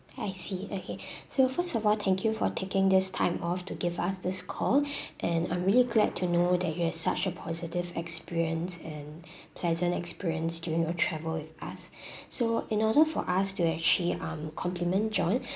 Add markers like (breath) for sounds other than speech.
I see okay so first of all thank you for taking this time off to give us this call (breath) and I'm really glad to know that you have such a positive experience and pleasant experience during your travel with us (breath) so in order for us to actually um complement john